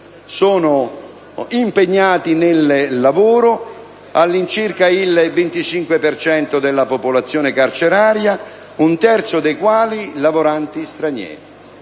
sono impegnati nel lavoro (all'incirca il 25 per cento della popolazione carceraria, un terzo dei quali sono lavoranti stranieri)